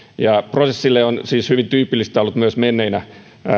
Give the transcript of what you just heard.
prosessille on siis hyvin tyypillistä ollut myös menneinä